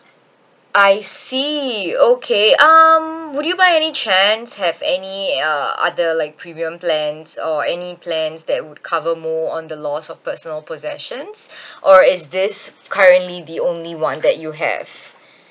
I see okay um would you by any chance have any uh other like premium plans or any plans that would cover more on the loss of personal possessions or is this currently the only one that you have